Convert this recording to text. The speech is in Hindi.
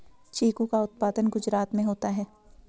चीकू का उत्पादन गुजरात में होता है